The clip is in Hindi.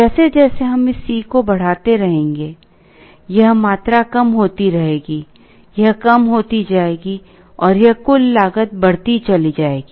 जैसे जैसे हम इस C को बढ़ाते रहेंगे यह मात्रा कम होती रहेगी यह कम होती जाएगी और यह कुल लागत बढ़ती चली जाएगी